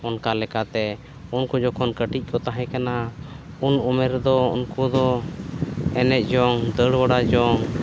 ᱚᱱᱠᱟ ᱞᱮᱠᱟᱛᱮ ᱩᱱᱠᱩ ᱡᱚᱠᱷᱚᱱ ᱠᱟᱹᱴᱤᱡ ᱠᱚ ᱛᱟᱦᱮᱸ ᱠᱟᱱᱟ ᱠᱚᱢ ᱩᱢᱮᱹᱨ ᱨᱮ ᱩᱱᱠᱩ ᱫᱚ ᱮᱱᱮᱡ ᱡᱚᱝ ᱫᱟᱹᱲ ᱵᱟᱲᱟ ᱡᱚᱝ